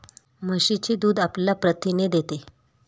म्हशीचे दूध आपल्याला प्रथिने देते